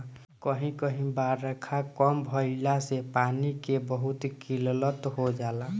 कही कही बारखा कम भईला से पानी के बहुते किल्लत हो जाला